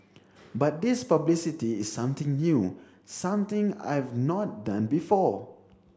but this publicity is something new something I've not done before